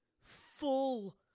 full